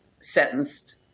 sentenced